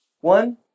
one